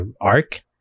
arc